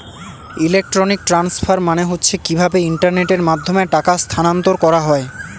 electronic transfer মানে হচ্ছে কিভাবে ইন্টারনেটের মাধ্যমে টাকা স্থানান্তর করা হয়